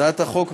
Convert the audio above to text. הצעת החוק,